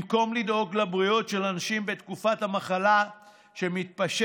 במקום לדאוג לבריאות של האנשים בתקופת המחלה שמתפשטת,